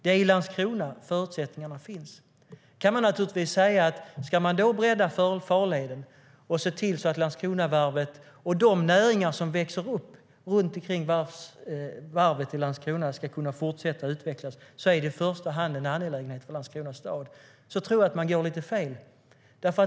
Det är i Landskrona förutsättningarna finns. Man kan naturligtvis säga: Ska man bredda farleden och se till att Landskronavarvet och de näringar som växer upp kring varvet i Landskrona ska kunna fortsätta utvecklas är det i första hand en angelägenhet för Landskrona stad. Men då tror jag att man går lite fel.